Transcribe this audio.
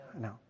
No